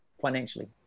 financially